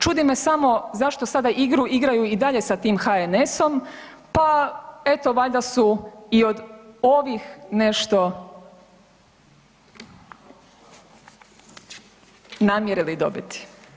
Čudi me samo zašto sada igru igraju i dalje sa tim HNS-om, pa eto valjda su i od ovih nešto namjerili dobiti.